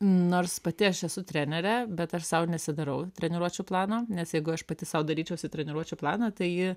nors pati aš esu trenerė bet aš sau nesidarau treniruočių plano nes jeigu aš pati sau daryčiausi treniruočių planą tai į jį